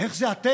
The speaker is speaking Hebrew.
איך זה אתם,